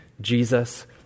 Jesus